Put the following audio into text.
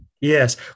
yes